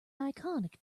iconic